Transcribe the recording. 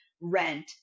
rent